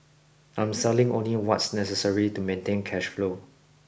I'm selling only what's necessary to maintain cash flow